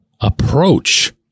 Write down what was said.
approach